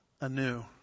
anew